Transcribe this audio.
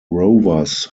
rovers